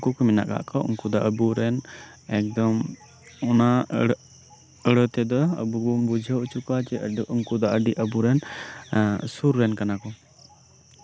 ᱩᱱᱠᱩ ᱠᱚ ᱢᱮᱱᱟᱜ ᱠᱟᱜ ᱠᱚᱣᱟ ᱩᱱᱠᱩ ᱫᱚ ᱟᱵᱚ ᱨᱮᱱ ᱮᱠᱫᱚᱢ ᱚᱱᱟ ᱟᱹᱲᱟᱹ ᱛᱮᱫᱚ ᱟᱵᱚ ᱵᱚᱱ ᱵᱩᱡᱷᱟᱹᱣ ᱦᱚᱪᱚ ᱠᱚᱣᱟ ᱡᱮ ᱩᱱᱠᱩ ᱫᱚ ᱟᱹᱰᱤ ᱟᱵᱚᱨᱮᱱ ᱥᱩᱨᱴ ᱨᱮᱱ ᱠᱟᱱᱟ ᱠᱚ